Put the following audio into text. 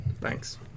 Thanks